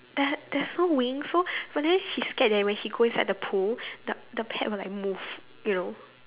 there's there's no wing so but then she scared that when she go inside the pool the the pad will like move you know